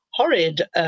horrid